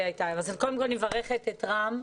מברכת את רם,